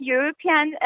European